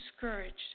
discouraged